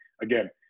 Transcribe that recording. Again